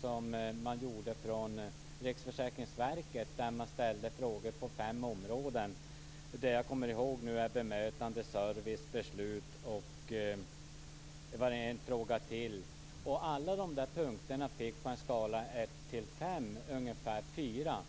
som man gjorde från Riksförsäkringsverket då man ställde frågor inom fem områden - de jag kommer ihåg nu är bemötande, service och beslut - fick samtliga områden på en skala från 1 till 5 ungefär 4 i betyg.